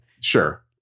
Sure